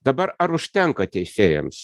dabar ar užtenka teisėjams